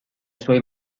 suoi